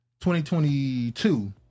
2022